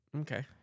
Okay